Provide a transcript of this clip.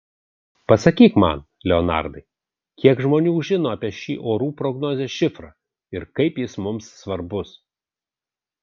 pasakyk man leonardai kiek žmonių žino apie šį orų prognozės šifrą ir kaip jis mums svarbus